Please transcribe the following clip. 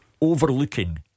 overlooking